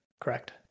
Correct